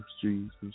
Jesus